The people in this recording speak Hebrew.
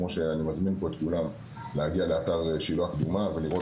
כמו' ואני מזמין פה את כולם להגיע לאתר שילוֹח ולראות